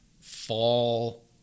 fall